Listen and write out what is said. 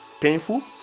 painful